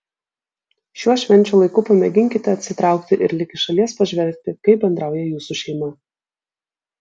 šiuo švenčių laiku pamėginkite atsitraukti ir lyg iš šalies pažvelgti kaip bendrauja jūsų šeima